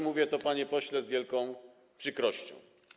Mówię to, panie pośle, z wielką przykrością.